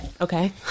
Okay